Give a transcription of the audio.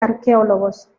arqueólogos